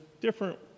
different